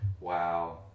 Wow